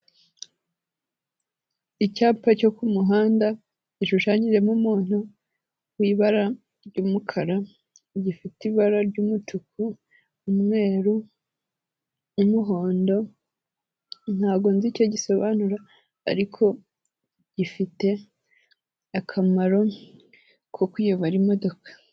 Icyapa cyo ku muhanda gishushanyijemo umuntu w'ibara ry'umukara, gifite ibara ry'umutuku, umweru n'umuhondo, ntabwo nzi icyo gisobanura ariko gifite akamaro ko kuyobora imodoka.